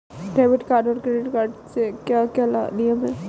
Debit card और credit card के क्या क्या नियम हैं?